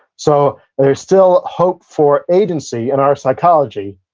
so, there's still hope for agency in our psychology,